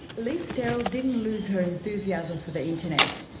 lis sterel didn't lose her enthusiasm for the internet,